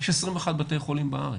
יש 21 בתי חולים בארץ,